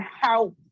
help